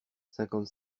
cinquante